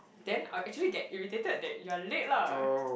then I'll actually get irritated that you're late lah